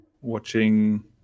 watching